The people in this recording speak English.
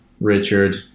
Richard